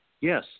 Yes